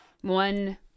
one